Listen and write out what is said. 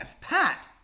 Pat